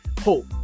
hope